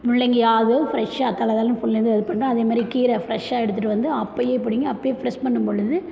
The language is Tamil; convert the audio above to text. முள்ளங்கியாவது ஃப்ரெஷ்ஷாக தளதளன்னு ஃபுல்லேருந்து இது பண்ணிட்டு அதே மாதிரி கீரை ஃப்ரெஷ்ஷாக எடுத்துட்டு வந்து அப்பயே பிடுங்கி அப்பயே ஃப்ரெஷ் பண்ணும்பொழுது